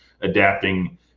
adapting